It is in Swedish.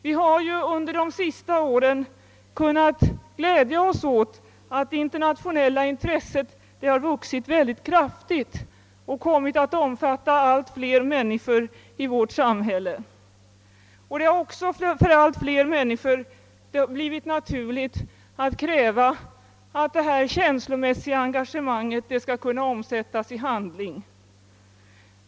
Vi har ju under de senaste åren kunnat glädja oss åt att det internationella intresset vuxit mycket kraftigt och kommit att omfatta allt fler människor i vårt samhälle. Det har också för allt fler människor blivit naturligt att kräva att detta känslomässiga engagemang skall kunna omsättas i handling.